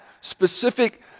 specific